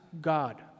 God